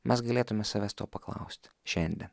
mes galėtume savęs to paklausti šiandien